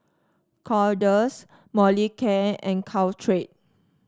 Kordel's Molicare and Caltrate